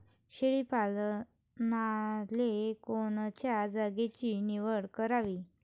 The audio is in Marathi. शेळी पालनाले कोनच्या जागेची निवड करावी?